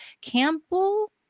campbell